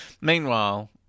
Meanwhile